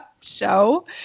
show